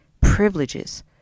privileges